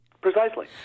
Precisely